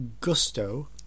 Gusto